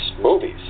movies